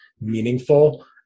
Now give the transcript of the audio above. Meaningful